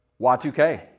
Y2K